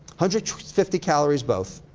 hundred fifty calories both.